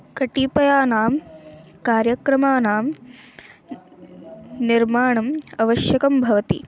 कतिपयानां कार्यक्रमाणां निर्माणम् आवश्यकं भवति